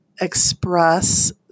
express